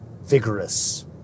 vigorous